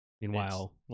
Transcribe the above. Meanwhile